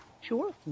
Sure